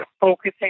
focusing